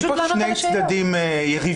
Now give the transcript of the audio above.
אין פה שני צדדים יריבים.